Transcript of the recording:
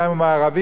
גם אם הוא ערבי,